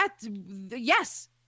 yes